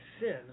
sin